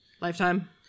Lifetime